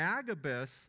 Agabus